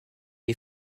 est